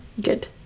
good